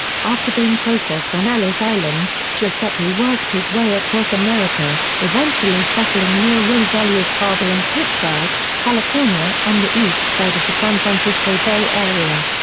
after being processed on ellis island, giuseppe worked his way across america, eventually settling near rosalia's father in pittsburg, california on the east side of the san francisco bay area.